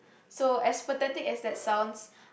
so as pathetic as that sounds